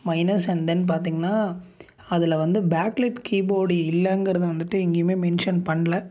minus and then பார்த்தீங்னா அதில் வந்து பேக்லெட் கீபோர்ட் இல்லைங்கிறத வந்துவிட்டு எங்கேயுமே மென்ஷன் பண்ணல